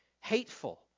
hateful